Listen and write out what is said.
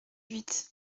huit